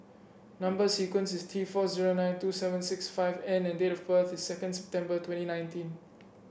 number sequence is T four zero nine two seven six five N and date of birth is second September twenty nineteen